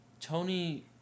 Tony